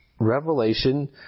revelation